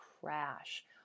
crash